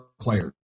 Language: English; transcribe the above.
players